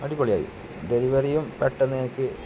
അടിപൊളിയായി ഡെലിവറിയും പെട്ടെന്നെനിക്ക്